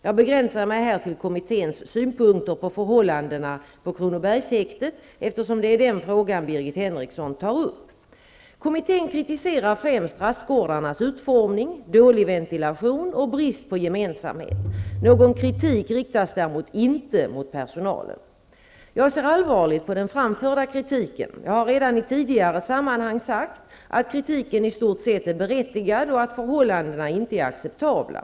Jag begränsar mig här till kommitténs synpunkter på Kronobergshäktet, eftersom det är den frågan som Birgit Henriksson tar upp. Kommittén kritiserar främst rastgårdarnas utformning, dålig ventilation och brist på gemensamhet. Någon kritik riktas däremot inte mot personalen. Jag ser allvarligt på den framförda kritiken. Jag har redan i tidigare sammanhang sagt att kritiken i stort sett är berättigad och att förhållandena inte är acceptabla.